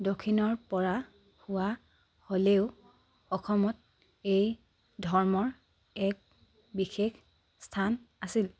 দক্ষিণৰ পৰা হোৱা হ'লেও অসমত এই ধৰ্মৰ এক বিশেষ স্থান আছিল